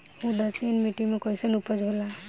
उदासीन मिट्टी में कईसन उपज होला?